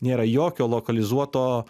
nėra jokio lokalizuoto